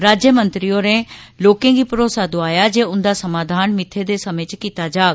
राज्यमंत्री होरें लोकें गी भरोसा दोआया जे उंदा समाधान मित्थे दे समें च कीता जाग